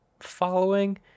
following